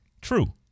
True